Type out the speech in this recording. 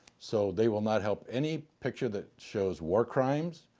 so they will not help any picture that shows war crimes,